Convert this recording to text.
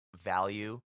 value